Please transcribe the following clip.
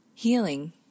Healing